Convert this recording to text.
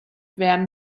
werden